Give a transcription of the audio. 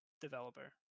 developer